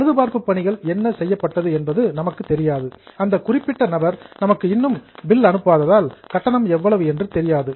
பழுது பார்ப்பு பணிகள் என்ன செய்யப் பட்டது என்பது நமக்குத் தெரியாது அந்த குறிப்பிட்ட நபர் நமக்கு இன்னும் பில் அனுப்பாததால் கட்டணம் எவ்வளவு என்று தெரியாது